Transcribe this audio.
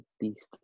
beast